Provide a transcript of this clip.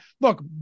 Look